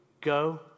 Go